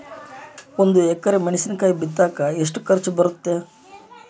ಒಂದು ಎಕರೆ ಮೆಣಸಿನಕಾಯಿ ಬಿತ್ತಾಕ ಎಷ್ಟು ಖರ್ಚು ಬರುತ್ತೆ?